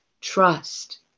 Trust